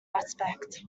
aspect